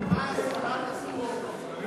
מה שרת הספורט תצביע?